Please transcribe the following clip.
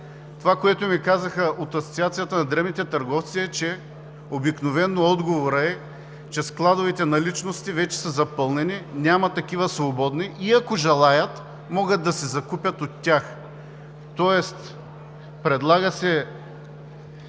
Това, което ми казаха от Асоциацията на дребните търговци е, че обикновено отговорът е, че складовите наличности вече са запълнени, няма такива свободни и ако желаят, могат да си закупят от тях, тоест предлага се